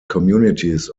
communities